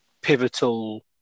pivotal